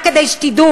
רק כדי שתדעו,